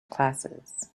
classes